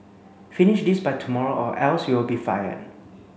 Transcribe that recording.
finish this by tomorrow or else you'll be fired